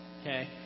Okay